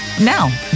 Now